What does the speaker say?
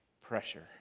Pressure